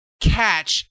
catch